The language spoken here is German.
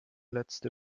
letzte